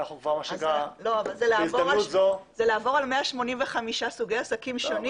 זה לעבור על 185 סוגי עסקים שונים